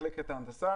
מחלקת ההנדסה